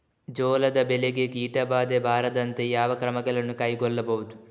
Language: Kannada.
ಜೋಳದ ಬೆಳೆಗೆ ಕೀಟಬಾಧೆ ಬಾರದಂತೆ ಯಾವ ಕ್ರಮಗಳನ್ನು ಕೈಗೊಳ್ಳಬಹುದು?